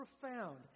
profound